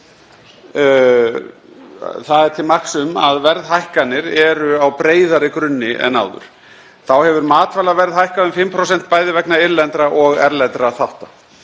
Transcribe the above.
það til marks um að verðhækkanir eru á breiðari grunni en áður. Þá hefur matvælaverð hækkað um 5%, bæði vegna innlendra og erlendra þátta.